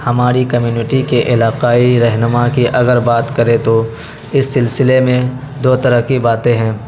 ہماری کمیونٹی کے علاقائی رہنما کی اگر بات کریں تو اس سلسلے میں دو طرح کی باتیں ہیں